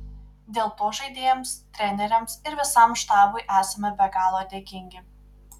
dėl to žaidėjams treneriams ir visam štabui esame be galo dėkingi